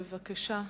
בבקשה.